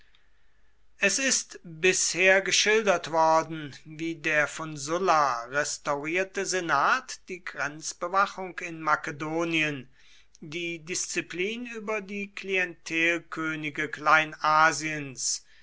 es ist bisher geschildert worden wie der von sulla restaurierte senat die grenzbewachung in makedonien die disziplin über die